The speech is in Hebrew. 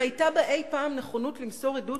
אם היתה בה אי-פעם נכונות למסור עדות,